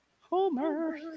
Homer